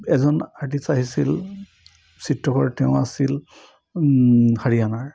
এজন আৰ্টিষ্ট আহিছিল চিত্ৰকৰ তেওঁ আছিল হাৰিয়ানাৰ